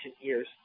years